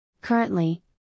Currently